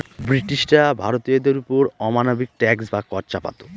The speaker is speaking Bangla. ব্রিটিশরা ভারতীয়দের ওপর অমানবিক ট্যাক্স বা কর চাপাতো